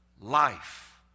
life